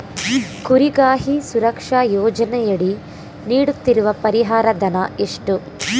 ಕುರಿಗಾಹಿ ಸುರಕ್ಷಾ ಯೋಜನೆಯಡಿ ನೀಡುತ್ತಿರುವ ಪರಿಹಾರ ಧನ ಎಷ್ಟು?